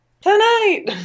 Tonight